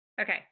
Okay